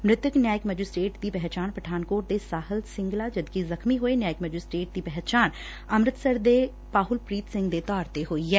ਮ੍ਰਿਤਕ ਨਿਆਇਕ ਮੈਜਿਸਟਰੇਟ ਦੀ ਪਹਿਚਾਣ ਪਠਾਨਕੋਟ ਦੇ ਸਾਹਿਲ ਸਿੰਗਲਾ ਜਦਕਿ ਜਖਮੀ ਹੋਏ ਨਿਆਇਕ ਮੈਜਿਸਟਰੇਟ ਦੀ ਪਹਿਚਾਣ ਅੰਮਿਤਸਰ ਦੇ ਪਾਹੁਲ ਪ੍ੀਤ ਸਿੰਘ ਦੇ ਤੌਰ ਤੇ ਹੋਈ ਐ